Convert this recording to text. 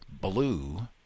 blue